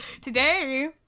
today